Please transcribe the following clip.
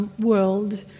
world